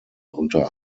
unter